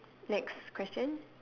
next question